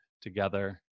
together